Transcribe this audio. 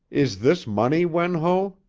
is this money, wen ho?